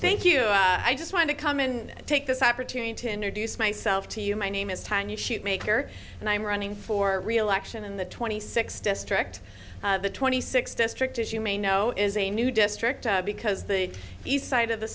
thank you i just wanted to come and take this opportunity to new deuce myself to you my name is tiny shoot maker and i'm running for reelection in the twenty sixth district the twenty sixth district as you may know is a new district because the east side of the